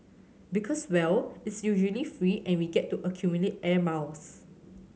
because well it's usually free and we get to accumulate air miles